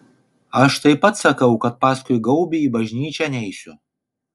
aš taip pat sakau kad paskui gaubį į bažnyčią neisiu